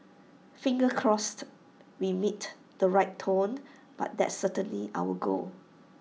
fingers crossed we meet the right tone but that's certainly our goal